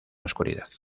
oscuridad